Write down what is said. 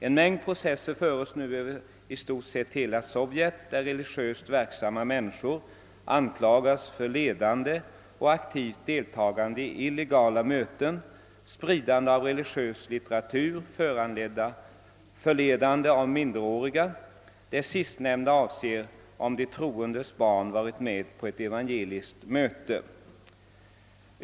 En mängd processer förs nu över i stort sett hela Sovjetunionen, varvid religiöst verksamma människor anklagas för ledande av och aktivt deltagande i illegala möten, spridande av religiös litteratur och förledande av minderåriga. De troende anklagas för det sistnämnda, om deras barn deltagit i ett evangeliskt möte.